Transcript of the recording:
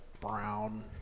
brown